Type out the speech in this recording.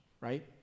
right